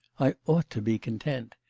i ought to be content.